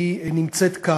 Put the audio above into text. שנמצאת כאן,